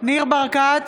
ניר ברקת,